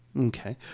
Okay